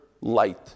light